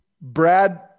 Brad